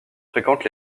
fréquente